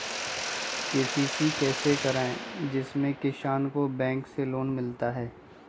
KCC कैसे कराये जिसमे किसान को बैंक से लोन मिलता है?